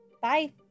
Bye